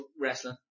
wrestling